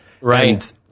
Right